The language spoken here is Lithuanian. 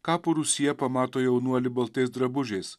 kapo rūsyje pamato jaunuolį baltais drabužiais